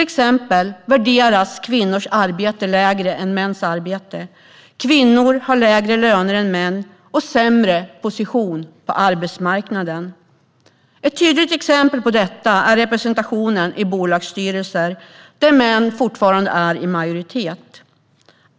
Exempelvis värderas kvinnors arbete lägre än mäns arbete, kvinnor har lägre löner än män och de har sämre position på arbetsmarknaden. Ett tydligt exempel på detta är representationen i bolagsstyrelser där män fortfarande är i majoritet.